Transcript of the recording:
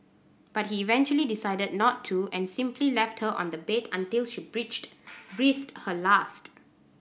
but he eventually decided not to and simply left her on the bed until she breached breathed her last